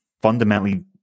fundamentally